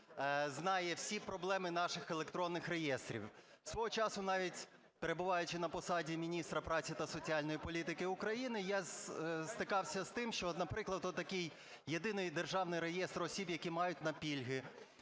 знає всі проблеми наших електронних реєстрів. Свого часу, навіть перебуваючи на посаді міністра праці та соціальної політики України я стикався з тим, що, от, наприклад, такий єдиний державний реєстр осіб, які мають на пільги,